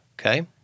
Okay